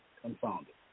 confounded